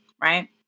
right